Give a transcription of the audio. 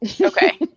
Okay